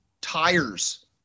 tires